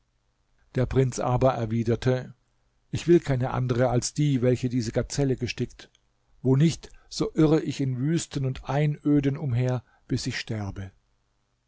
der prinz aber erwiderte ich will keine andere als die welche diese gazelle gestickt wo nicht so irre ich in wüsten und in einöden umher bis ich sterbe